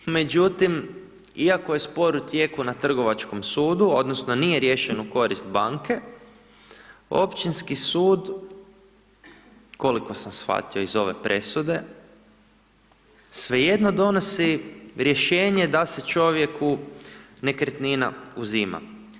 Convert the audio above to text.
Međutim, iako je spor u tijeku na trgovačkom sudu odnosno nije riješen u korist banke, općinski sud, koliko sam shvatio iz ove presude, svejedno donosi rješenje da se čovjeku nekretnina uzima.